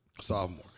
sophomore